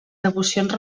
devocions